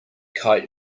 kite